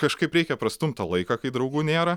kažkaip reikia prastumt tą laiką kai draugų nėra